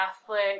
Catholic